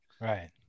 Right